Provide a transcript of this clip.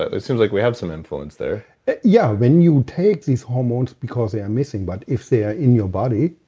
it seems like we have some influence there yeah. when you take these hormones because they are missing, but if they are in your body,